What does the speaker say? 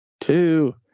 Two